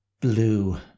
blue